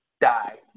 die